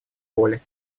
воли